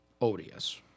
odious